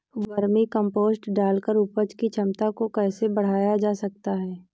Vermi compost डालकर उपज की क्षमता को कैसे बढ़ाया जा सकता है?